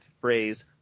phrase